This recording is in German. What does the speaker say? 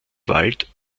wald